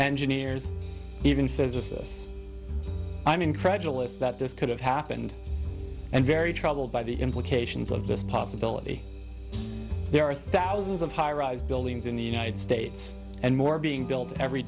engineers even physicists i'm incredulous that this could have happened and very troubled by the implications of this possibility there are thousands of high rise buildings in the united states and more are being built every